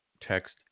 text